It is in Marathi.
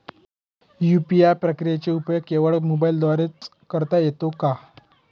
यू.पी.आय प्रक्रियेचा उपयोग केवळ मोबाईलद्वारे च करता येतो का?